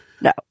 No